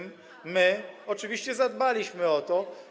My oczywiście zadbaliśmy o to.